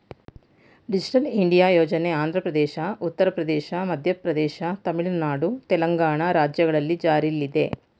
digital India ಯೋಜನೆ ಆಂಧ್ರಪ್ರದೇಶ, ಉತ್ತರ ಪ್ರದೇಶ, ಮಧ್ಯಪ್ರದೇಶ, ತಮಿಳುನಾಡು, ತೆಲಂಗಾಣ ರಾಜ್ಯಗಳಲ್ಲಿ ಜಾರಿಲ್ಲಿದೆ